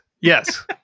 Yes